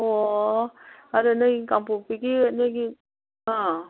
ꯑꯣ ꯑꯗꯣ ꯅꯣꯏ ꯀꯥꯡꯄꯣꯛꯄꯤꯒꯤ ꯅꯣꯏꯒꯤ ꯑꯥ